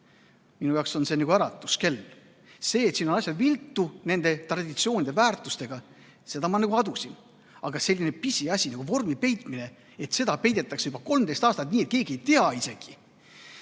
Minu jaoks on see nagu äratuskell. Seda, et asjad on traditsioonide ja väärtustega viltu, ma nagu adusin. Aga selline pisiasi nagu vormi peitmine, et seda peidetakse juba 13 aastat, nii et keegi ei tea isegi